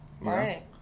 Right